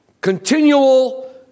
continual